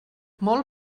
molt